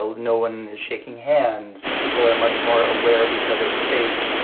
ah no one is shaking hands. people are much more aware of each other's space.